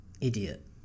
idiot